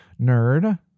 nerd